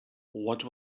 what